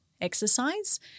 exercise